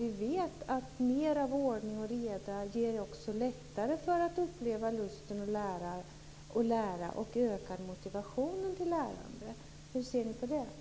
Vi vet ju att mer av ordning och reda gör det lättare att uppleva lusten att lära och ökar motivationen till lärande. Hur ser ni på detta?